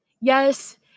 Yes